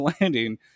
landing